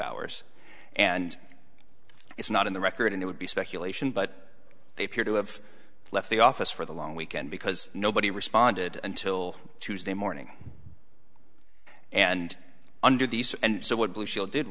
hours and it's not in the record it would be speculation but they appear to have left the office for the long weekend because nobody responded until tuesday morning and under these and so what blue shield did